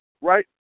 right